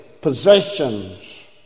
Possessions